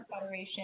federation